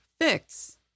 fix